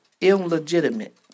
illegitimate